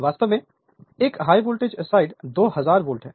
वास्तव में एक हाय वोल्टेज साइड 2000 वोल्ट है